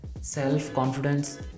self-confidence